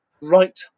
right